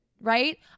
Right